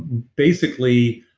basically,